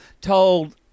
told